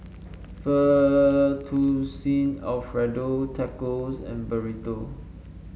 Fettuccine Alfredo Tacos and Burrito